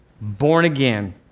born-again